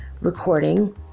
recording